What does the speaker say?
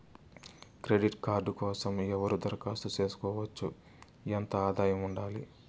Credit card కోసం ఎవరు దరఖాస్తు చేసుకోవచ్చు? ఎంత ఆదాయం ఉండాలి?